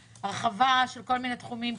הרחבה של כל מיני תחומים,